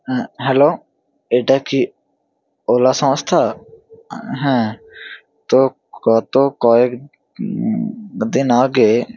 হ্যাঁ হ্যালো এটা কি ওলা সংস্থা হ্যাঁ তো গত কয়েক দিন আগে